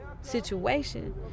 situation